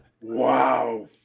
Wow